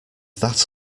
that